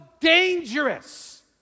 dangerous